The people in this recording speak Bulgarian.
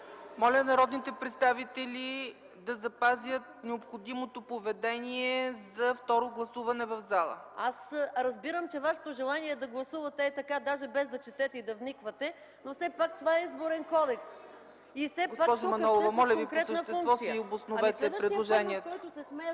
Моля народните представители да запазят необходимото поведение за второ гласуване в залата. МАЯ МАНОЛОВА: Разбирам, че вашето желание е да гласувате хей така, даже без да четете и да вниквате, но все пак това е Изборен кодекс. ПРЕДСЕДАТЕЛ ЦЕЦКА ЦАЧЕВА: Госпожо Манолова, моля Ви по същество си обосновете предложенията.